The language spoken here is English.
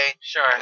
Sure